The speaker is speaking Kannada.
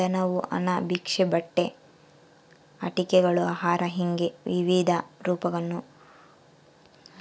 ದಾನವು ಹಣ ಭಿಕ್ಷೆ ಬಟ್ಟೆ ಆಟಿಕೆಗಳು ಆಹಾರ ಹಿಂಗೆ ವಿವಿಧ ರೂಪಗಳನ್ನು ಕೊಡ್ಬೋದು